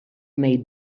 may